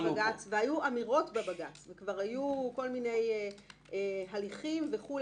אבל מכיוון שהוגש בג"צ והיו אמירות בבג"צ וכבר היו כל מיני הליכים וכו',